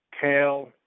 kale